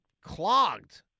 clogged